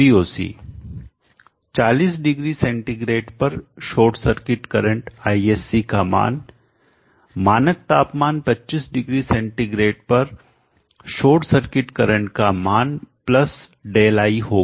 40 degree centigrade पर short circuit current ISC का मान मानक तापमान 25 डिग्री सेंटीग्रेड पर शॉर्ट सर्किट करंट का मान प्लस Δi होगा